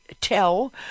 tell